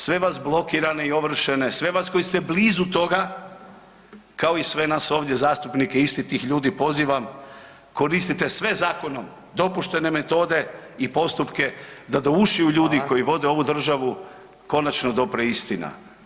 Sve vas blokirane i ovršene, sve vas koji ste blizu toga kao i sve nas ovdje zastupnike isti tih ljudi pozivam koriste sve zakonom dopuštene metode i postupke da do ušiju ljudi koji vode ovu državu konačno dopre istina.